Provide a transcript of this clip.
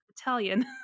Italian